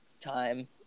time